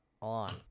on